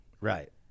right